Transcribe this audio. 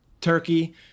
Turkey